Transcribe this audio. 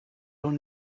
own